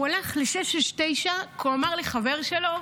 הוא הלך ל-669 כי הוא אמר לחבר שלו: